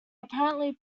apparently